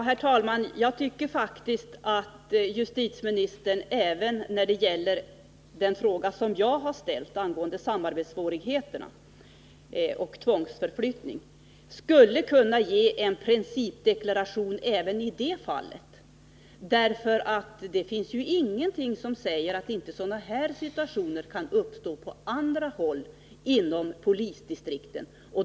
Herr talman! Jag tycker faktiskt att justitieministern även när det gäller den fråga som jag har ställt angående samarbetssvårigheterna och tvångsförflyttningen skulle kunna avge en principdeklaration. Det finns ju ingenting som säger att sådana här situationer inte kan uppstå på andra håll inom polisdistrikten.